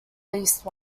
least